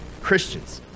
Christians